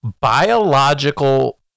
biological